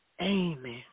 Amen